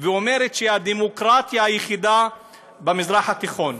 ואומרת שהיא הדמוקרטיה היחידה במזרח התיכון.